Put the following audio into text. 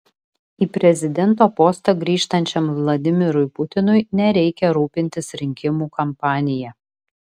į prezidento postą grįžtančiam vladimirui putinui nereikia rūpintis rinkimų kampanija